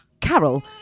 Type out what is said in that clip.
Carol